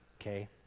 okay